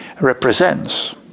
represents